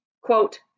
Quote